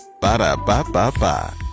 Ba-da-ba-ba-ba